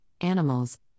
animals